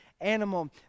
animal